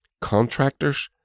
Contractors